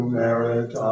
merit